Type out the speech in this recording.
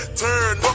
turn